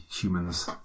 humans